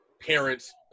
parents